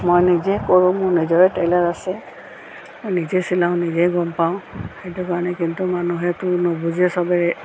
মই নিজেই কৰোঁ মোৰ নিজৰে ট্ৰেইলাৰ আছে মই নিজেই চিলাওঁ নিজেই গম পাওঁ সেইটো কাৰণে কিন্তু মানুহেতো নুবুজে চবে